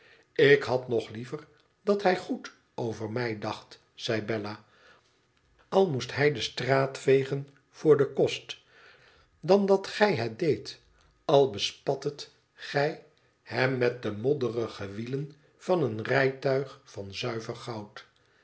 ik had nog liever dat hij goed over mij dacht zei bella al moest hij de straat vegen voor den kost dan dat gij het deedt al bespattet gij hem met de modderige wielen van een rijtuig van zuiver goud